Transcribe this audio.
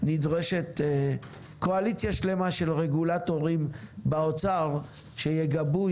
נדרשת קואליציה שלמה של רגולטורים באוצר שיגבו,